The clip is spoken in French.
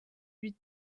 huit